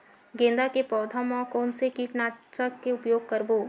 गेंदा के पौधा म कोन से कीटनाशक के उपयोग करबो?